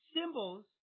symbols